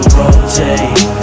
rotate